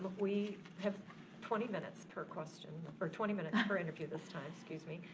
we have twenty minutes per question, or twenty minutes per interview this time, excuse me.